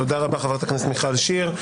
תודה רבה, חברת הכנסת מיכל שיר.